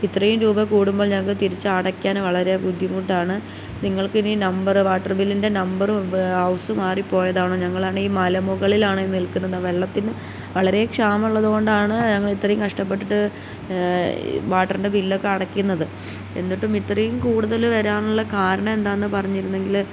ഇത്രയും രൂപ കൂടുമ്പോൾ ഞങ്ങൾക്ക് തിരിച്ച് അടയ്ക്കാൻ വളരെ ബുദ്ധിമുട്ടാണ് നിങ്ങൾക്ക് ഇനി നമ്പറ് വാട്ടർ ബില്ലിൻ്റെ നമ്പറും ഹൗസ് മാറി പോയതാണോ ഞങ്ങളാണ് ഈ മലമുകളിലാണെ നിൽക്കുന്നത് വെള്ളത്തിന് വളരെ ക്ഷാമമുള്ളത് കൊണ്ടാണ് ഞങ്ങൾ ഇത്രയും കഷ്ടപ്പെട്ടിട്ട് വാട്ടറിൻ്റെ ബില്ലൊക്കെ അടയ്ക്കുന്നത് എന്നിട്ടും ഇത്രയും കൂടുതൽ വരാനുള്ള കാരണം എന്താണെന്ന് പറഞ്ഞിരുന്നെങ്കിൽ